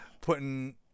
putting